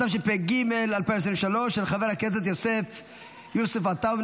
התשפ"ג 2023, של חבר הכנסת יוסף עטאונה.